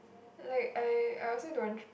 like I I also don't